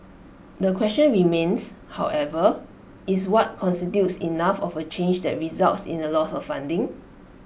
the question remains however is what constitutes enough of A change that results in A loss of funding